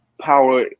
power